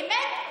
באמת?